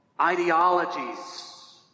ideologies